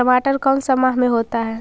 टमाटर कौन सा माह में होता है?